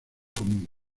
común